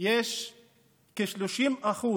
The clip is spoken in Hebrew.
יש כ-30%